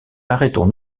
arrêtons